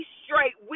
straight